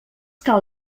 cal